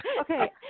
Okay